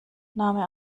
name